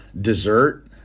dessert